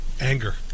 Anger